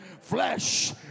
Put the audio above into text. Flesh